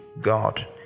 God